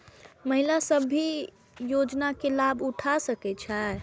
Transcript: महिला सब भी योजना के लाभ उठा सके छिईय?